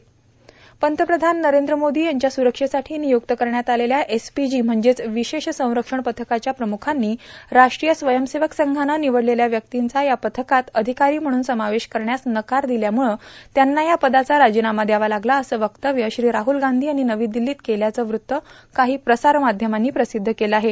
पंतप्रधान नरद्र मोदी यांच्या सुरक्षेसाठी ांनयुक्त करण्यात आलेल्या एसपीजी म्हणजेच ांवशेष संरक्षण पथकाच्या प्रमुखांनी राष्ट्रीय स्वयंसेवक संघानं र्निवडलेल्या व्यक्तींचा या पथकात र्आधकारां म्हणून समावेश करण्यास नकार दिल्यामुळे त्यांना या पदाचा राजीनामा दयावा लागला असं वक्तव्य श्री राहल गांधी यांनी नवी दिल्लोत केल्याचं वृत्त काहो प्रसारमाध्यमांनी प्र्रासद्ध केलं आहे